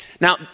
Now